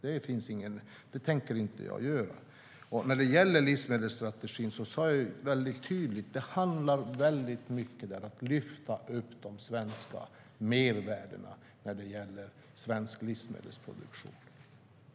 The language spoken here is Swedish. Det tänker jag inte göra. När det gäller livsmedelsstrategin sa jag tydligt att det i mycket stor utsträckning handlar om att lyfta upp de väldiga mervärdena i svensk livsmedelsproduktion.